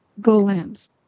golems